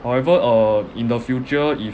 however uh in the future if